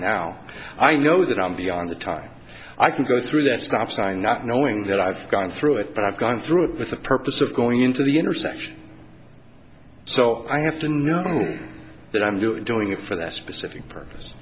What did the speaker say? now i know that i'm beyond the time i can go through that stop sign not knowing that i've gone through it but i've gone through it with the purpose of going into the intersection so i have to know that i'm doing it for that specific purpose